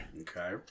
Okay